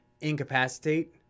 incapacitate